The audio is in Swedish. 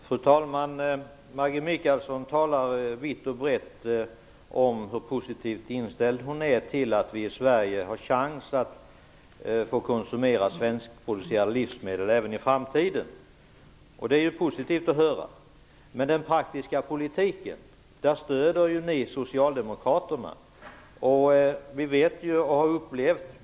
Fru talman! Maggi Mikaelsson talar vitt och brett om hur positivt inställd hon är till att vi i Sverige har chans att få konsumera svenskproducerade livsmedel även i framtiden. Det är ju positivt att höra. Men i den praktiska politiken stöder ni Socialdemokraterna.